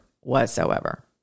whatsoever